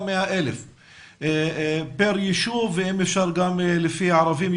100,000 פר ישוב ואם אפשר גם לפי ערבים,